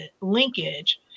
linkage